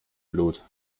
blut